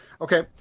Okay